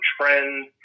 trend